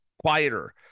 quieter